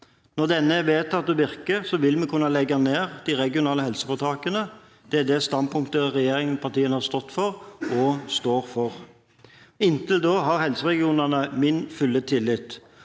Når denne er vedtatt og virker, vil vi kunne legge ned de regionale helseforetakene. Det er det standpunktet regjeringspartiene har stått for – og står for. Inntil da har helseregionene min fulle tillit,